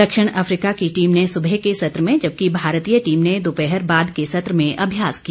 दक्षिण अफ्रीका की टीम ने सुबह के सत्र में जबकि भारतीय टीम ने दोपहर बाद के सत्र में अभ्यास किया